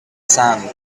sand